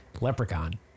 Leprechaun